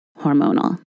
hormonal